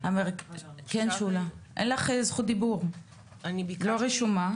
כן שולה, אין לך זכות דיבור, את לא רשומה.